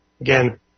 Again